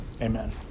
amen